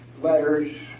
letters